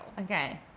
Okay